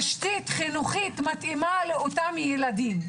תשתית חינוכית מתאימה לאותם ילדים.